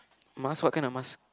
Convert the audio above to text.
mask what kinds of masks